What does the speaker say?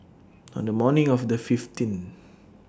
on The morning of The fifteenth